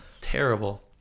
terrible